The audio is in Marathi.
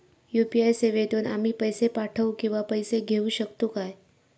यू.पी.आय सेवेतून आम्ही पैसे पाठव किंवा पैसे घेऊ शकतू काय?